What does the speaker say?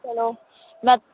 ਚਲੋ ਮੈਂ